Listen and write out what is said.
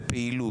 לאופן פעולה,